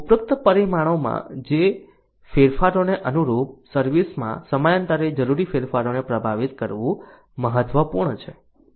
ઉપરોક્ત પરિમાણોમાં ફેરફારોને અનુરૂપ સર્વિસ માં સમયાંતરે જરૂરી ફેરફારોને પ્રભાવિત કરવું મહત્વપૂર્ણ છે